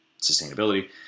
sustainability